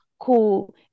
cool